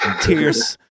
tears